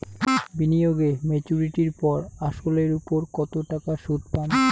বিনিয়োগ এ মেচুরিটির পর আসল এর উপর কতো টাকা সুদ পাম?